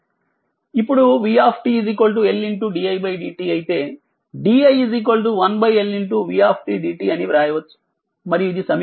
ఇప్పుడుvLdidtఅయితే di1Lvdtఅని వ్రాయవచ్చు మరియు ఇది సమీకరణం21